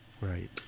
right